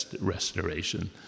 restoration